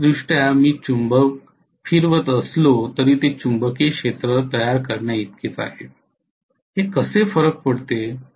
भौतिकदृष्ट्या मी चुंबक फिरवत असलो तरी तो चुंबकीय क्षेत्र तयार करण्याइतकेच आहे हे कसे फरक पडते